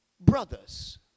Brothers